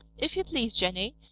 if you please, jenny,